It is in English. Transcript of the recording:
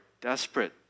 desperate